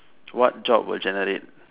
what job will generate